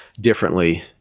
differently